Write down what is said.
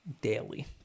daily